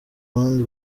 bandi